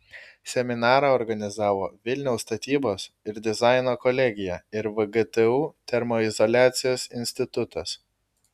seminarą organizavo vilniaus statybos ir dizaino kolegija ir vgtu termoizoliacijos institutas